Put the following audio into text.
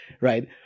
Right